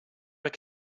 were